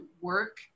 work